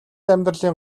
амьдралын